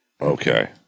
Okay